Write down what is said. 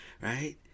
Right